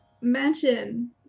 mansion